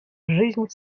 жизнь